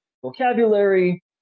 vocabulary